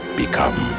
become